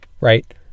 right